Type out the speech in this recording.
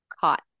Caught